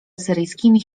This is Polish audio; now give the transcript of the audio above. asyryjskimi